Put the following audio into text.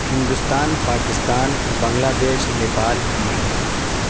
Hindustan Pakistan Bangladesh Nepal America